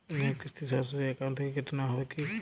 ঋণের কিস্তি সরাসরি অ্যাকাউন্ট থেকে কেটে নেওয়া হয় কি?